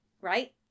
right